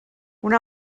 una